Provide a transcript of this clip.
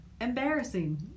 embarrassing